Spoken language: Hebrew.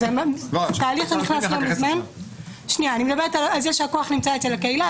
זה שהכוח נמצא אצל הקהילה,